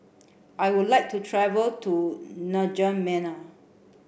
I would like to travel to N'Djamena